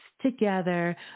together